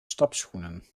stapschoenen